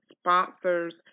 sponsors